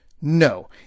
No